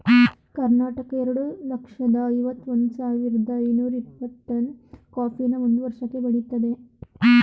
ಕರ್ನಾಟಕ ಎರಡ್ ಲಕ್ಷ್ದ ಐವತ್ ಒಂದ್ ಸಾವಿರ್ದ ಐನೂರ ಇಪ್ಪತ್ತು ಟನ್ ಕಾಫಿನ ಒಂದ್ ವರ್ಷಕ್ಕೆ ಬೆಳಿತದೆ